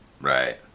right